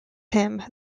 him